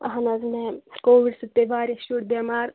اہن حظ میم کوٚوِڈ سۭتۍ پیٚیہِ واریاہ شُرۍ بٮ۪مار